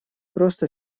просто